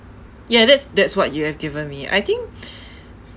ya that's that's what you have given me I think